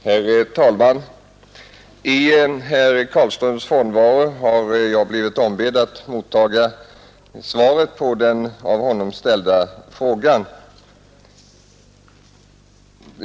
Herr talman! I herr Carlströms frånvaro har jag blivit ombedd att mottaga svaret på den av honom ställda frågan.